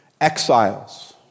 exiles